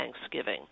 Thanksgiving